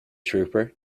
trooper